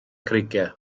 creigiau